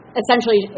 essentially